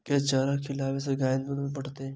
केँ चारा खिलाबै सँ गाय दुध बढ़तै?